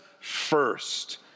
first